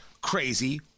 crazy